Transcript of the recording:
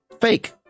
Fake